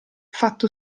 fatto